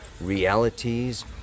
realities